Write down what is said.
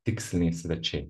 tiksliniai svečiai